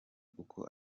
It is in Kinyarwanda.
kuko